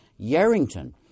Yarrington